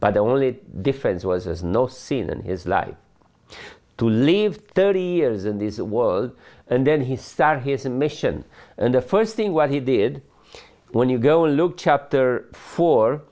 but the only difference was no sin and his life to live thirty years in this world and then he started his mission and the first thing what he did when you go look chapter fo